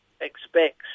expects